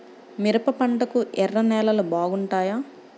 మిరప పంటకు ఎర్ర నేలలు బాగుంటాయా?